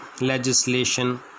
legislation